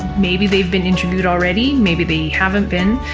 maybe they've been interviewed already. maybe they haven't been.